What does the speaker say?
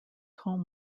home